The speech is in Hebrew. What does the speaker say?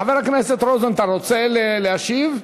חבר הכנסת רוזנטל, רוצה להשיב?